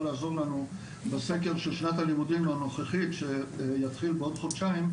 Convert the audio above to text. לעזור לנו בסקר של שנת הלימודים הנוכחית שיתחיל בעוד חודשיים,